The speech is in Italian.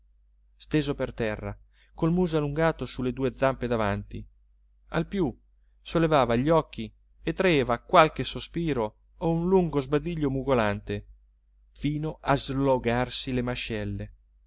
steso per terra col muso allungato su le due zampe davanti al più sollevava gli occhi e traeva qualche sospiro o un lungo sbadiglio mugolante fino a slogarsi le mascelle